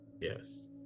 Yes